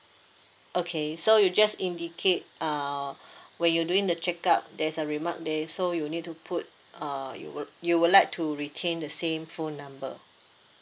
okay so you just indicate uh when you're doing the check out there's a remark there so you need to put uh you would you would like to retain the same phone number